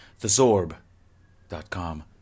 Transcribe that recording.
TheZorb.com